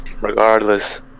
Regardless